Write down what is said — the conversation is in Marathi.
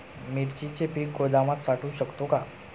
मिरचीचे पीक गोदामात साठवू शकतो का?